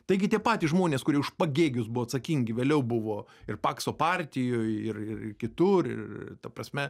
taigi tie patys žmonės kurie už pagėgius buvo atsakingi vėliau buvo ir pakso partijoj ir ir kitur ir ta prasme